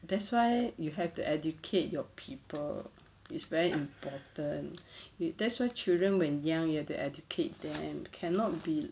that's why you have to educate your people is very important that's where children when young you have to educate them and cannot be